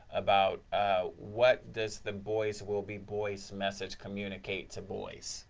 about what does the boys will be boys message communicate to boys?